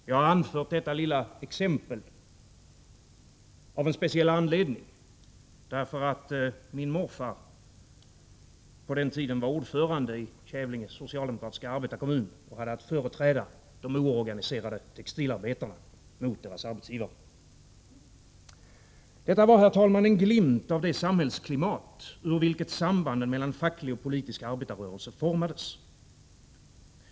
Jag har anfört detta lilla exempel av en speciell anledning, nämligen därför att min morfar på den tiden var ordförande i Kävlinge socialdemokratiska arbetarkommun och hade att företräda de oorganiserade textilarbetarna mot deras arbetsgivare. Detta var, herr talman, en glimt av det samhällsklimat ur vilket sambanden mellan facklig och politisk arbetarrörelse formades.